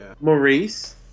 Maurice